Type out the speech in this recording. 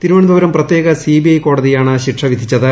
തിരുവനന്തപുരം പ്രത്യേക സിബിഐ കോടതിയാണ് ശിക്ഷ വിധിച്ചത്